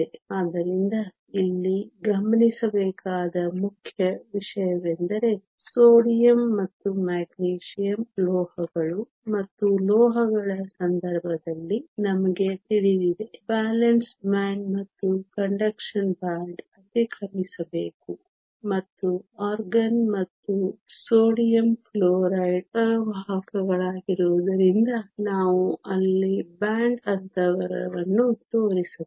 ಆದ್ದರಿಂದ ಇಲ್ಲಿ ಗಮನಿಸಬೇಕಾದ ಮುಖ್ಯ ವಿಷಯವೆಂದರೆ ಸೋಡಿಯಂ ಮತ್ತು ಮೆಗ್ನೀಸಿಯಮ್ ಲೋಹಗಳು ಮತ್ತು ಲೋಹಗಳ ಸಂದರ್ಭದಲ್ಲಿ ನಮಗೆ ತಿಳಿದಿದೆ ವೇಲೆನ್ಸ್ ಬ್ಯಾಂಡ್ ಮತ್ತು ಕಂಡಕ್ಷನ್ ಬ್ಯಾಂಡ್ ಅತಿಕ್ರಮಿಸಬೇಕು ಮತ್ತು ಆರ್ಗಾನ್ ಮತ್ತು ಸೋಡಿಯಂ ಕ್ಲೋರೈಡ್ ಅವಾಹಕಗಳಾಗಿರುವುದರಿಂದ ನಾವು ಅಲ್ಲಿ ಬ್ಯಾಂಡ್ ಅಂತರವನ್ನು ತೋರಿಸಬೇಕು